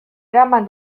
eraman